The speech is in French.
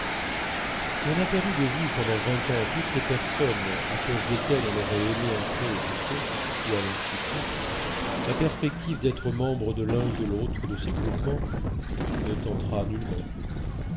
si on a perdu de vue pendant vingt ans toutes les personnes à cause desquelles on aurait aimé entrer au jockey ou à l'institut la perspective d'être membre de l'un ou de l'autre de ces groupements ne tentera nullement